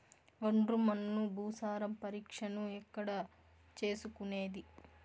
ఒండ్రు మన్ను భూసారం పరీక్షను ఎక్కడ చేసుకునేది?